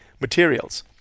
materials